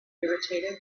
irritated